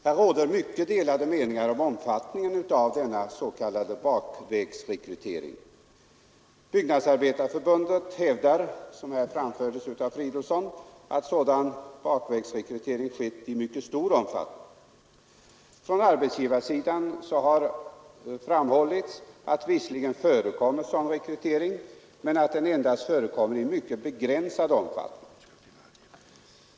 Här råder mycket delade meningar om omfattningen av denna s.k. bakvägsrekrytering. Byggnadsarbetareförbundet hävdar, som anfördes av herr Fridolfsson, att sådan bakvägsrekrytering skett i mycket stor omfattning. Från arbetsgivarsidan har framhållits att sådan rekrytering visserligen förekommer men endast i mycket begränsad omfattning.